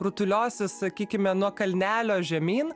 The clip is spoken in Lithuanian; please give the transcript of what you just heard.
rutuliosis sakykime nuo kalnelio žemyn